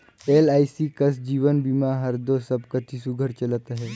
LIC कस जीवन बीमा हर दो सब कती सुग्घर चलत अहे